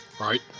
right